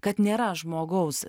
kad nėra žmogaus